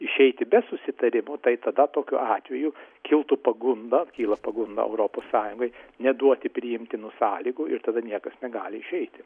išeiti be susitarimo tai tada tokiu atveju kiltų pagunda kyla pagunda europos sąjungai neduoti priimtinų sąlygų ir tada niekas negali išeiti